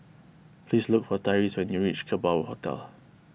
please look for Tyreese when you reach Kerbau Hotel